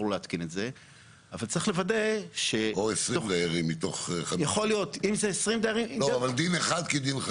לו להתקין את זה --- או 20 דיירים מתוך 50. אבל דין אחד כדין הרבה.